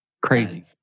crazy